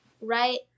right